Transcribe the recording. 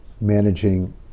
managing